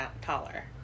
taller